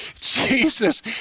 Jesus